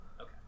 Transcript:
Okay